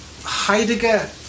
Heidegger